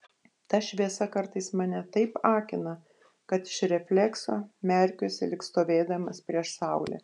ta šviesa kartais mane taip akina kad iš reflekso merkiuosi lyg stovėdamas prieš saulę